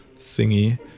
thingy